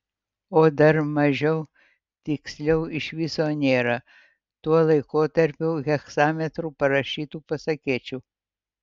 o dar mažiau tiksliau iš viso nėra tuo laikotarpiu hegzametru parašytų pasakėčių